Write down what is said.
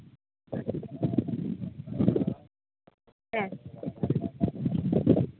ᱦᱮᱸ